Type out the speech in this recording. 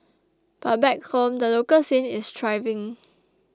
but back home the local scene is thriving